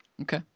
Okay